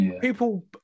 People